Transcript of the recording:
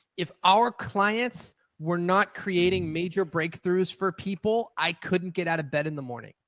if our clients were not creating major breakthroughs for people, i couldn't get out of bed in the morning.